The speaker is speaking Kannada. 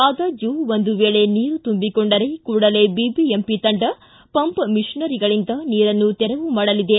ಆದಾಗ್ತು ಒಂದು ವೇಳೆ ನೀರು ತುಂಬಿಕೊಂಡರೆ ಕೂಡಲೇ ಬಿಬಿಎಂಪಿ ತಂಡ ಪಂಪ್ ಮಿಷನರಿಗಳಿಂದ ನೀರನ್ನು ತೆರವು ಮಾಡಲಿದೆ